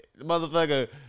Motherfucker